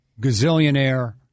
gazillionaire